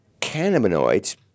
cannabinoids